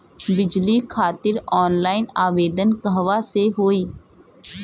बिजली खातिर ऑनलाइन आवेदन कहवा से होयी?